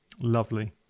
Lovely